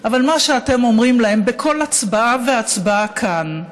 אבל מה שאתם אומרים להם בכל הצבעה והצבעה כאן הוא